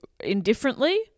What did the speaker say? Indifferently